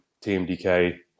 TMDK